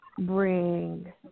bring